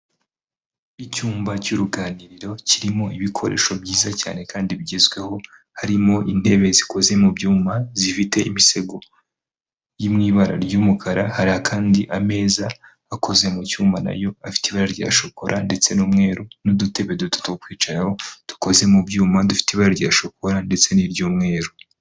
Icyumba cy'uruganiriro kirimo ibikoresho byiza cyane kandi bigezweho; harimo intebe zikoze mu byuma zifite imisego yo mu ibara ry'umukara, hari kandi ameza akoze mu cyuma nayo afite ibara rya shokora ndetse n'umweru n'udutebe dutatu two kwicaraho dukoze mu byuma dufite ibara rya shokora ndetse n'iry'umweru.